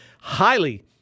Highly